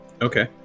okay